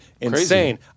insane